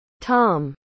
Tom